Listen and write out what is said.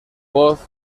voz